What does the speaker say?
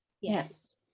Yes